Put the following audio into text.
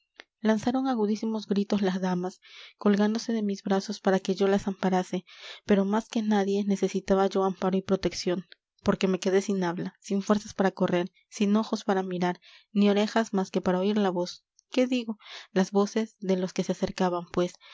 lanzaron agudísimos gritos las damas colgándose de mis brazos para que yo las amparase pero más que nadie necesitaba yo amparo y protección porque me quedé sin habla sin fuerzas para correr sin ojos para mirar ni orejas más que para oír la voz qué digo las voces de los que se acercaban pues